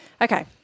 Okay